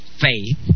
faith